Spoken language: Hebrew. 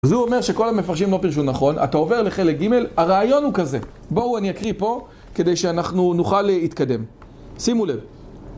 אז הוא אומר שכל המפרשים לא פרשו נכון, אתה עובר לחלק ג' הרעיון הוא כזה בואו אני אקריא פה כדי שאנחנו נוכל להתקדם שימו לב